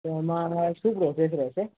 તો એમાં શું પ્રોસેસ રહેશે